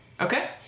Okay